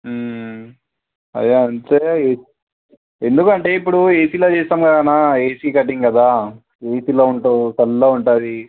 అదే అంటే ఎందుకంటే ఇప్పుడు ఏసీలో చేస్తాం కదన్న ఏసీ కటింగ్ కదా ఏసీలో ఉంటావు చల్లగా ఉంటుంది